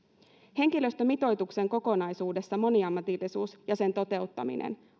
henkilöstömitoituksen kokonaisuudessa moniammatillisuus ja sen toteuttaminen